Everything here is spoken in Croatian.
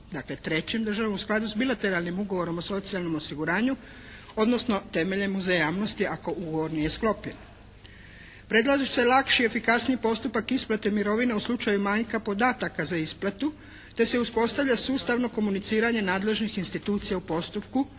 dakle trežim državama u skladu s bilateralnim Ugovorom o socijalnom osiguranju, odnosno temeljem uzajamnosti ako ugovor nije sklopljen. Predlaže se lakši i efikasniji postupak isplate mirovina u slučaju manjka podataka za isplatu, te se uspostavlja sustavno komuniciranje nadležnih institucija u postupku